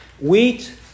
Wheat